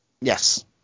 yes